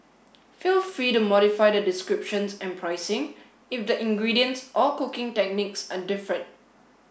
feel free to modify the descriptions and pricing if the ingredients or cooking techniques are different